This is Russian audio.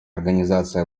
организации